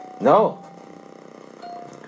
No